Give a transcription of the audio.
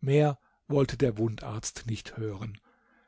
mehr wollte der wundarzt nicht hören